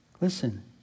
Listen